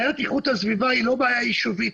בעיית איכות הסביבה היא לא בעיה ישובית,